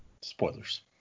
spoilers